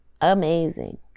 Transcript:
amazing